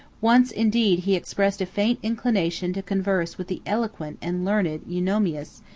once indeed he expressed a faint inclination to converse with the eloquent and learned eunomius,